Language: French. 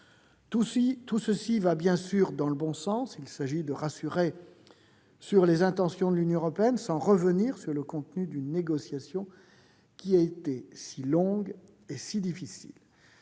Tout cela va bien sûr dans le bon sens. Il s'agit de rassurer sur les intentions de l'Union européenne sans revenir sur le contenu d'une négociation qui a été si longue et si difficile.